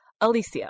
Alicia